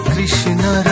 Krishna